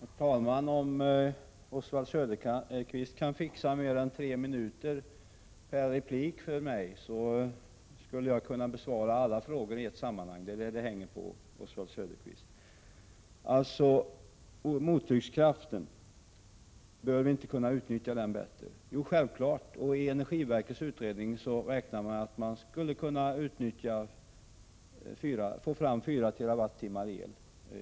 Herr talman! Om Oswald Söderqvist kan ordna mer än tre minuter per replik för mig, skulle jag kunna besvara alla frågor i ett sammanhang. Det är detta det hänger på, Oswald Söderqvist. Oswald Söderqvist frågar om vi inte borde kunna utnyttja mottryckskraften bättre. Jo, självfallet. Och i energiverkets utredning beräknas att man genom att använda mottryckskraften skulle kunna få fram 4 TWh